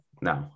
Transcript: no